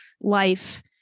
life